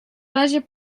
razie